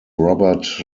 robert